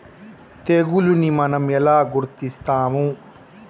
తెగులుని మనం ఎలా గుర్తిస్తాము?